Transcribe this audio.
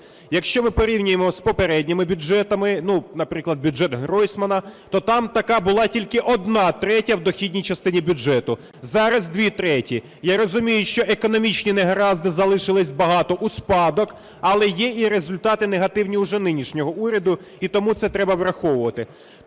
Якщо ми порівняємо з попередніми бюджетами, наприклад, бюджет Гройсмана, то там така була тільки одна третя в дохідній частині бюджету. Зараз дві треті. Я розумію, що економічних негараздів залишились багато у спадок. Але є і результати негативні вже нинішнього уряду. І тому це треба враховувати.